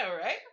right